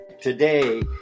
Today